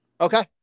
Okay